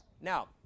Now